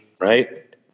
right